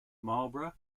marlboro